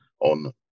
on